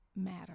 matter